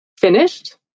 Finished